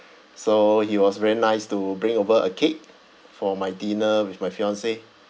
so he was very nice to bring over a cake for my dinner with my fiancee